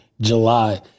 July